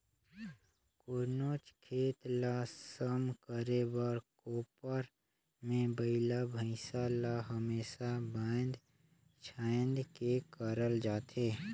कोनोच खेत ल सम करे बर कोपर मे बइला भइसा ल हमेसा बाएध छाएद के करल जाथे